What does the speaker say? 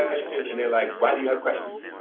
ah questions. and they're like, why do you have questions?